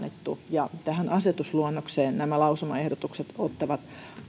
ja tähän asetusluonnokseen nämä lausumaehdotukset ottavat